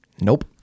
Nope